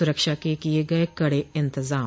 सुरक्षा के किये गये कड़े इंतजाम